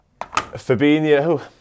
Fabinho